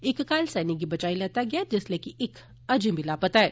इक घायल सैनिक गी बचाई लैता गेआ ऐ जिसलै कि इक अजें बी लापता ऐ